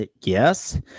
yes